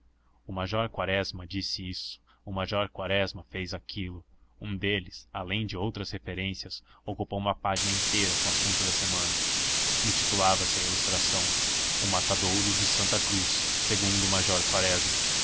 o major quaresma disse isso o major quaresma fez aquilo um deles além de outras referências ocupou uma página inteira com o assunto da semana intitulava-se a ilustração o matadouro de santa cruz segundo o major quaresma